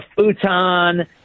futon